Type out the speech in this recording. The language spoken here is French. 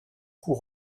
cou